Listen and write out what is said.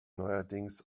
neuerdings